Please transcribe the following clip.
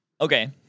Okay